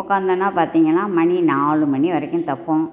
உட்காந்தன்னா பார்த்தீங்கன்னா மணி நாலு மணி வரைக்கும் தைப்போம்